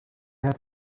have